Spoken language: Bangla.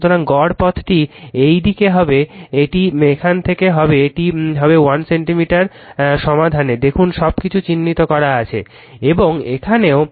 সুতরাং গড় পথটি এই দিকে হবে এটি এখান থেকে এখানে হবে এটি 1 সেন্টিমিটার সাবধানে দেখুন সবকিছু চিহ্নিত করা আছে